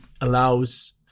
allows